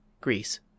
Greece